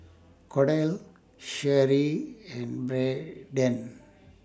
Kordell Sherry and Braeden